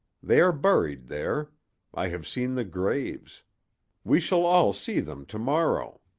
they are buried there i have seen the graves we shall all see them to-morrow.